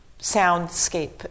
soundscape